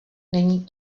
není